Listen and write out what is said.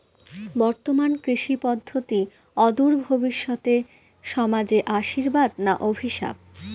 বর্তমান কৃষি পদ্ধতি অদূর ভবিষ্যতে সমাজে আশীর্বাদ না অভিশাপ?